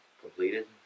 completed